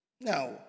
Now